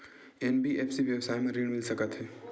NBFC व्यवसाय मा ऋण मिल सकत हे